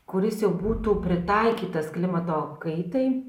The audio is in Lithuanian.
kuris jau būtų pritaikytas klimato kaitai